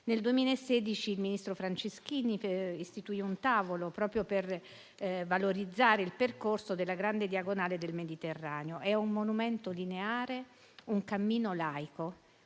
del 2016, il ministro Franceschini istituì un tavolo proprio per valorizzare il percorso della grande diagonale del Mediterraneo. È un monumento lineare, un cammino laico,